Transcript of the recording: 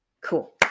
Cool